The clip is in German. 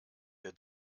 der